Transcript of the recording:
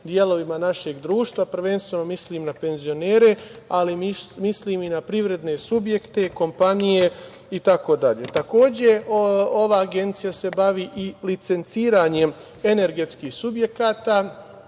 delovima našeg društva, prvenstveno mislim na penzionere, ali mislim i na privredne subjekte, kompanije itd. Takođe, ova agencija se bavi i licenciranjem energetskih subjekata.